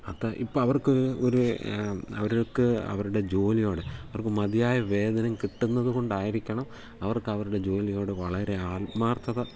അത്ര ഇപ്പം അവർക്ക് ഒരു അവർക്ക് അവരുടെ ജോലിയോട് അവർക്ക് മതിയായ വേതനം കിട്ടുന്നത് കൊണ്ടായിരിക്കണം അവർക്ക് അവരുടെ ജോലിയോട് വളരെ ആത്മാർത്ഥത